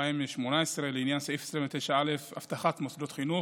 2018 לעניין סעיף 29(א), אבטחת מוסדות חינוך: